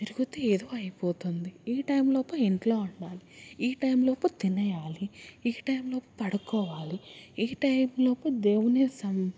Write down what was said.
తిరుగుతే ఎదో అయిపోతుంది ఈ టైంలోపు ఇంట్లో ఉండాలి ఈ టైంలోపు తినెయ్యాలి ఈ టైంలోపు పడుకోవాలి ఈ టైంలోపు దేవుని సం